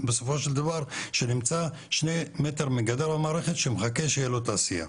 בסופו של דבר שנמצא שני מטר מגדר המערכת שמחכה שיהיה לו תעשייה.